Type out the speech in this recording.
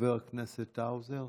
חבר הכנסת האוזר,